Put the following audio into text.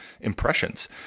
impressions